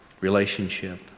relationship